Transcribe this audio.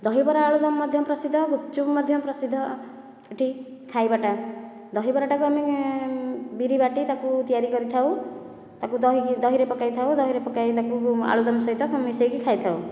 ଦହିବରା ଆଳୁଦମ ମଧ୍ୟ ପ୍ରସିଦ୍ଧ ଗୁପଚୁପ ମଧ୍ୟ ପ୍ରସିଦ୍ଧ ଏଠି ଖାଇବାଟା ଦହିବରା ଟାକୁ ଆମେ ବିରି ବାଟି ତାକୁ ତିଆରି କରିଥାଉ ତାକୁ ଦହି ଦହିରେ ପକାଇଥାଉ ଦହିରେ ପକାଇ ତାକୁ ଆଳୁଦମ ସହିତ ମିଶାଇକି ଖାଇଥାଉ